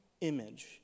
image